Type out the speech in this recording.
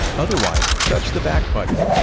otherwise, touch the back button.